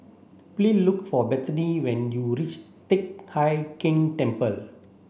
please look for Bethany when you reach Teck Hai Keng Temple